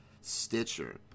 Stitcher